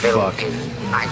fuck